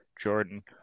Jordan